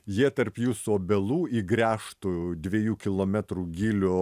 jie tarp jūsų obelų įgręžtų dviejų kilometrų gylio